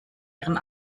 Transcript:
ihren